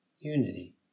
Unity